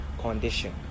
condition